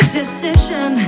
decision